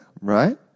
right